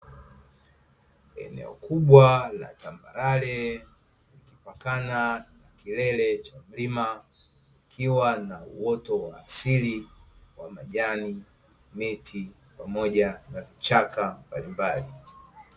Eneo kubwa la tambarare likipakana na kilele cha mlima, likiwa na uoto wa asili wa majani, miti pamoja na vichaka mbalimbali.